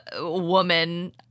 woman